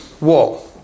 wall